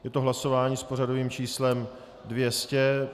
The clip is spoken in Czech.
Je to hlasování s pořadovým číslem 200.